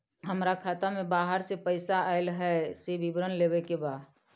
हमरा खाता में बाहर से पैसा ऐल है, से विवरण लेबे के बा?